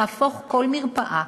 תהפוך כל מרפאה